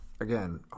again